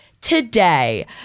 today